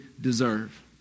deserve